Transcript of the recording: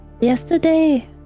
yesterday